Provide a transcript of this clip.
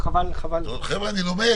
חבר'ה, אני לומד.